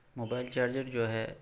mobile charger جو ہے